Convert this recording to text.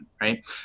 right